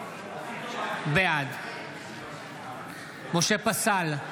בעד משה פסל,